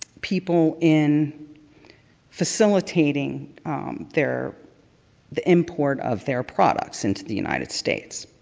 people in facilitating their the import of their products into the united states.